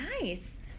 Nice